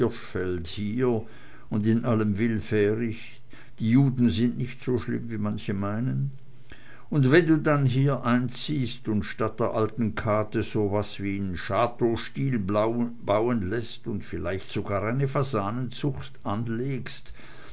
und in allem willfährig die juden sind nicht so schlimm wie manche meinen und wenn du dann hier einziehst und statt der alten kate so was in chateaustil bauen läßt und vielleicht sogar eine fasanenzucht anlegst so